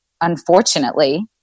unfortunately